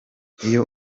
iyo